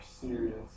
serious